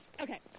Okay